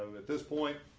at this point,